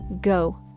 go